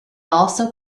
also